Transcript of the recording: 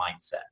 mindset